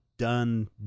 done